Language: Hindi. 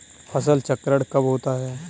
फसल चक्रण कब होता है?